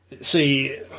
See